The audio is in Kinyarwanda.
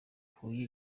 huye